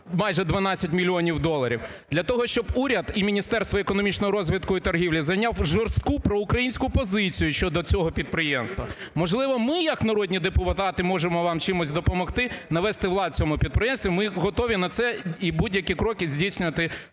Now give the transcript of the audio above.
майже 12 мільйонів доларів, для того, щоб уряд і Міністерство економічного розвитку і торгівлі зайняв жорстку проукраїнську позицію щодо цього підприємства? Можливо, ми як народні депутати можемо вам чимось допомогти навести лад в цьому підприємстві? Ми готові на це і будь-які кроки здійснювати